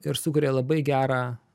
ir sukuria labai gerą